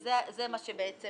זה מה שבעצם